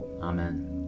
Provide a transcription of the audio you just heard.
Amen